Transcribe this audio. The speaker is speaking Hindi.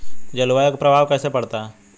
जलवायु का प्रभाव कैसे पड़ता है?